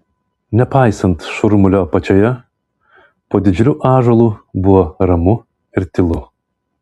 nepaisant šurmulio apačioje po didžiuliu ąžuolu buvo ramu ir tylu